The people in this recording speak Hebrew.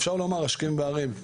אפשר לומר השכם וערב,